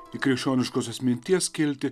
į krikščioniškosios minties skiltį